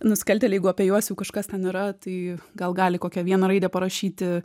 nusikaltėliai jeigu apie juos jau kažkas ten yra tai gal gali kokią vieną raidę parašyti